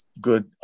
good